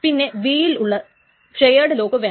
പിന്നെ B യിലുള്ള shared lock വേണം